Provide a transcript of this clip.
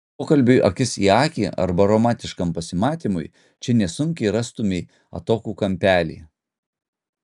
pokalbiui akis į akį arba romantiškam pasimatymui čia nesunkiai rastumei atokų kampelį